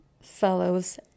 fellows